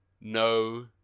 no